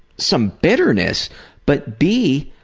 some bitterness but b.